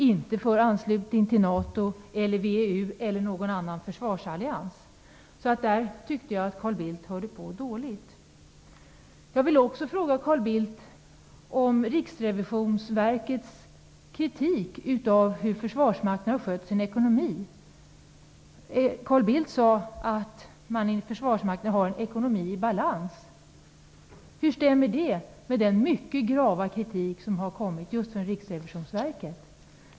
Vi är inte för en anslutning till NATO, VEU eller någon annan försvarsallians. Jag tycker att Carl Bildt lyssnade dåligt på vad jag sade om detta. Jag vill också fråga Carl Bildt om Riksrevisionsverkets kritik av hur försvarsmakten har skött sin ekonomi. Carl Bildt sade att man inom försvarsmakten har en ekonomi i balans. Hur stämmer det med den mycket grava kritik som har kommit just från Riksrevisionsverket?